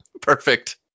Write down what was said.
Perfect